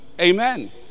Amen